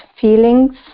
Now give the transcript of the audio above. feelings